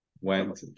went